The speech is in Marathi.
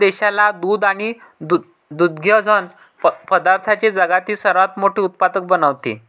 अमूल देशाला दूध आणि दुग्धजन्य पदार्थांचे जगातील सर्वात मोठे उत्पादक बनवते